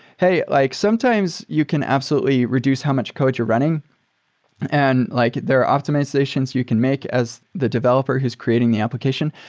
hey, like sometimes you can absolutely reduce how much code you're running and like there are optimizations you can make as the developer who's creating the application,